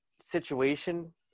situation